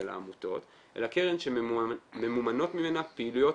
העמותות אלא קרן שממומנות ממנה פעילויות